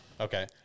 okay